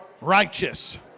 righteous